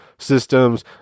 systems